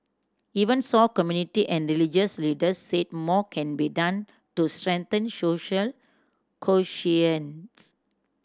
even so community and religious leaders said more can be done to strengthen social